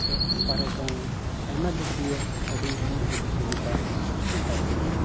ᱥᱮ ᱚᱯᱟᱨᱮᱥᱚᱱ ᱟᱭᱢᱟ ᱫᱤᱠ ᱫᱤᱭᱮ ᱟᱹᱰᱤ ᱥᱩᱡᱳᱜᱽ ᱥᱩᱵᱤᱛᱟ ᱱᱮᱛᱟᱨ ᱠᱚ